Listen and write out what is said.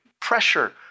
pressure